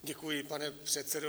Děkuji, pane předsedo.